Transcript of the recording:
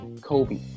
Kobe